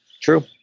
true